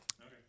Okay